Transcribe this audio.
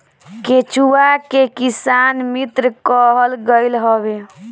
केचुआ के किसान मित्र कहल गईल हवे